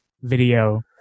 video